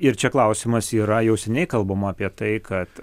ir čia klausimas yra jau seniai kalbama apie tai kad